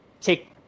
take